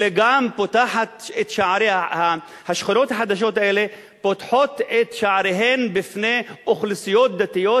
אלא גם פותח את שערי השכונות החדשות האלה בפני אוכלוסיות דתיות